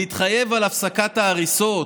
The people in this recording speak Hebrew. להתחייב להפסקת ההריסות,